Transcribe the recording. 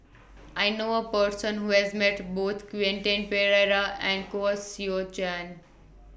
I know A Person Who has Met Both Quentin Pereira and Koh Seow Chan